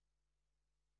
התשפ"א 2021,